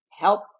help